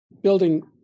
building